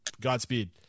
Godspeed